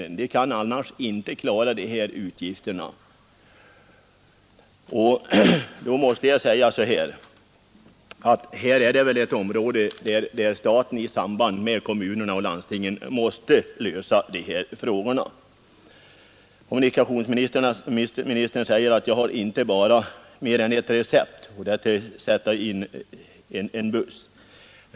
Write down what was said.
De kan inte klara av utgifterna annars. Och här har vi väl just ett område där staten tillsammans med kommunerna och landstingen måste lösa problemen Slutligen förklarade kommunikationsministern att jag bara har ett recept, nämligen att återinsätta den här bussen i trafik.